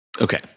Okay